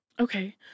Okay